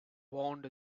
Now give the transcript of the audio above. warned